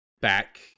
back